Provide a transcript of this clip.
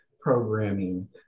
programming